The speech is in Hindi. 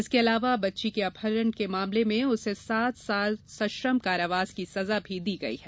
इसके अलावा बच्ची के अपहरण के मामले में उसे सात साल सश्रम कारावास की सजा भी दी गयी है